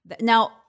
Now